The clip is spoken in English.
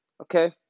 Okay